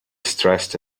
stressed